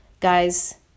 Guys